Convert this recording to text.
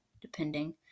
depending